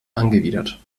angewidert